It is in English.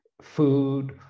Food